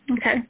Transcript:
Okay